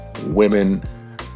women